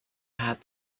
had